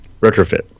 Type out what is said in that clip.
Retrofit